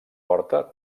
porta